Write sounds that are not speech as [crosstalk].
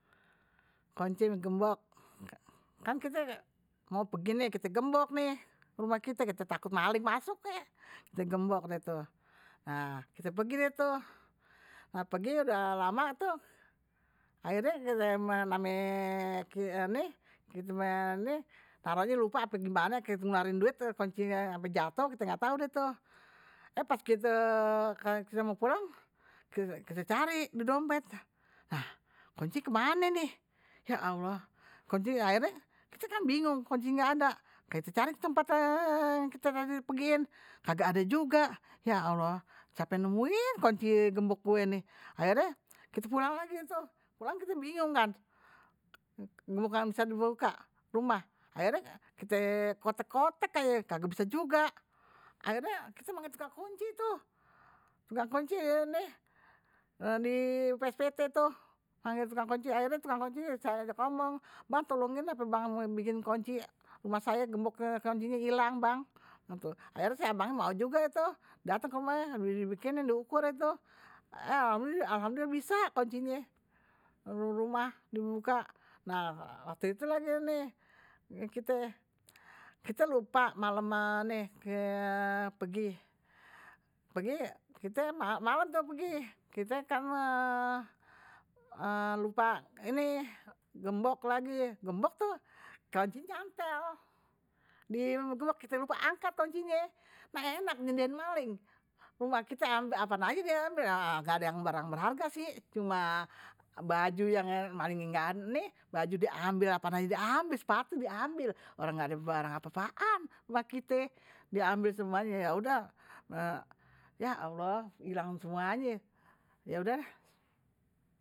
Konci ama gembok, kan kite mao pergi nih kite gembok rumah kite, kite takut maling masuk kite gembok dah tuh nah kite pegi deh tuh, nah pegi udah lama tuh [hesitation] akhirnye kite [hesitation] taronye lupa ape gimane kite ngeluarin duit kunci ape jatoh ga tau deh tuh, eh pas gitu kite mao pulang kite cari didompet, nah kunci kemane nih ya allah [hesitation] akhirnye kite kan bingung kunci ga ada, ke tempat yang kite pegiin [hesitation] kagak ada juga, ya allah siape yang nemuin gembok gw nih, akhirnye kite pulang lagi, kite kan bingungkan, gembok ga bisa dibuka rumah, akhirnye kite kotek kotek aje ga bisa juga, akhirnye kite manggil tukang kunci tuh, tukang kunci [hesitation] di pspt tuh, akhirnye tukang kunci saye ajak ngomong, bang tulungin ngape bang bikinin kunci [hesitation] di pspt tuh manggil tukang kunci, akhirnye tukang kuncinye saya ajak ngomong, bang tulungin ngape bang bikini kunci rumah saya gemboknye kuncinye hilang bang, [hesitation] akhirnye abangnye mao juga tuh datang ke rumah dibikinin diukur tuh. eh alhamdulillah bisa kuncinye rumah dibuka, nah waktu itu ni, kite lupa malemnye tuh pegi, peginye kite malem tuh pegi kite kan tuh [hesitation] lupa ni, gembok lagi, gembok tuh kuncinye nyantel digembok kite lupa angkat kuncinye, nah enak nyediain maling, rumah kite apaan aje diambil, ga ada barang berharga sih cumin, baju yang [hesitation] diambil apaan aje diambil, sepatu diambil orang kagak ada barang apa apaan rumah kite diambil semuanye ya allah udah hilang semuanye ya udah dah.